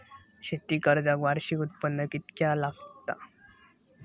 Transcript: शेती कर्जाक वार्षिक उत्पन्न कितक्या लागता?